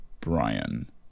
Brian